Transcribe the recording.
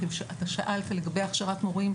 שאלת לגבי הכשרת מורים,